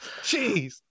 Jeez